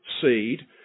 seed